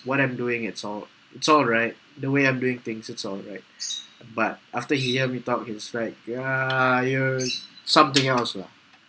what I'm doing it's all it's all right the way I'm doing things it's all rights but after he hear me talk he's like ya you're something else lah